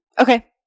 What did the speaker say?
okay